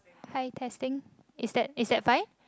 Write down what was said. hi testing is that is that fine